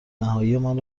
نهاییمان